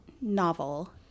novel